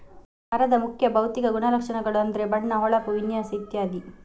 ಮರದ ಮುಖ್ಯ ಭೌತಿಕ ಗುಣಲಕ್ಷಣಗಳು ಅಂದ್ರೆ ಬಣ್ಣ, ಹೊಳಪು, ವಿನ್ಯಾಸ ಇತ್ಯಾದಿ